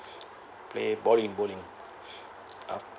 play bowling bowling yup